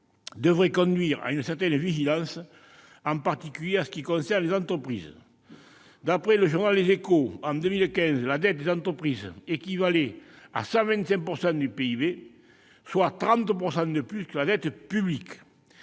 devraient conduire à une certaine vigilance, en particulier en ce qui concerne les entreprises. D'après le journal, en 2015, la dette des entreprises équivalait à 125 % du PIB, soit 30 % de plus que la dette publique.